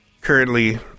currently